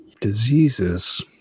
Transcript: diseases